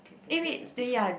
eh wait eh ya